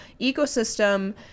ecosystem